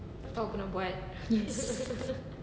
yes